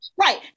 right